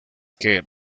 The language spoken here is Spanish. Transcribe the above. que